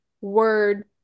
word